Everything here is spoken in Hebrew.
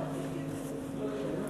דב,